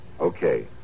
okay